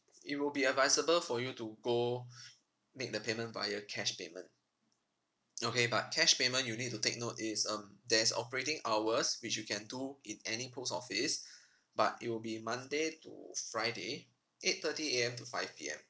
it will be advisable for you to go make the payment via cash payment okay but cash payment you need to take note is um there's operating hours which you can do in any post office but it will be monday to friday eight thirty A_M to five P_M